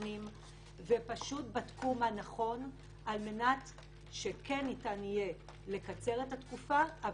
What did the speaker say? שנים ופשוט בדקו מה נכון כדי שניתן יהיה לקצר את התקופה,